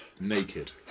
naked